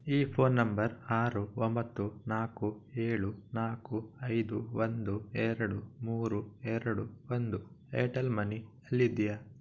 ಈ phone number ಆರು ಒಂಬತ್ತು ನಾಲ್ಕು ಏಳು ನಾಲ್ಕು ಐದು ಒಂದು ಎರಡು ಮೂರು ಎರಡು ಒಂದು ಏರ್ಟೆಲ್ ಮನಿ ಅಲ್ಲಿದೆಯಾ